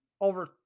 over